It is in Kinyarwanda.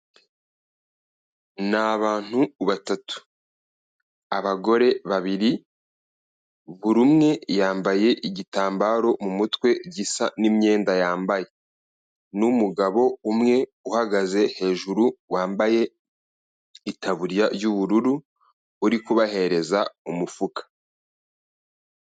Ni abantu batatu, abagore babiri, buri umwe yambaye igitambaro mu mutwe gisa n'imyenda yambaye n'umugabo umwe uhagaze hejuru wambaye itaburiya y'ubururu uri kubahereza umufuka.